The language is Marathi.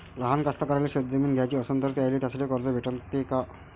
लहान कास्तकाराइले शेतजमीन घ्याची असन तर त्याईले त्यासाठी कर्ज भेटते का?